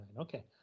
Okay